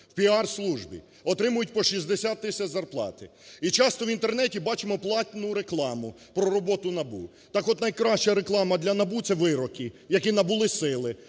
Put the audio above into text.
піар-службі, отримують по 60 тисяч зарплати, і часто в Інтернеті бачимо платну рекламу про роботу НАБУ. Так от, найкраща реклама для НАБУ – це вироки, які набули сили,